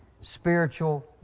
spiritual